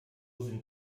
sind